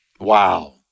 Wow